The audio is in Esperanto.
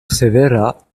severa